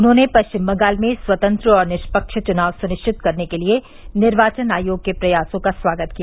उन्होंने पश्चिम बंगाल में स्वतंत्र और निष्पक्ष चुनाव सुनिश्चित करने के लिए निर्वाचन आयोग के प्रयासों का स्वागत किया